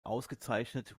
ausgezeichnet